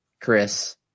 Chris